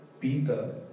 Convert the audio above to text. Pita